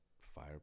fire